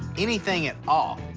anything at all.